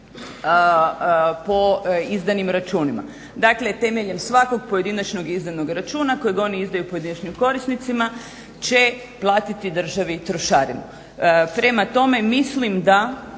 po izdanim računima. Dakle temeljem svakog pojedinačnog izdanog računa kojeg oni izdaju pojedinačnim korisnicima će platiti državi trošarinu. Prema tome, mislim da